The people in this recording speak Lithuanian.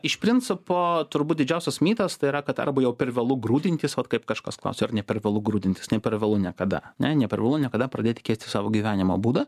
iš principo turbūt didžiausias mitas tai yra kad arba jau privalu grūdintis vat kaip kažkas klausia ar ne per vėlu grūdintis ne per vėlu niekada ane ne per vėlu niekada pradėti keisti savo gyvenimo būdą